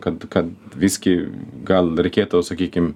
kad kad visgi gal reikėtų sakykim